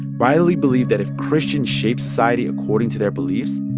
riley believed that if christians shaped society according to their beliefs,